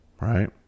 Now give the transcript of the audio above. right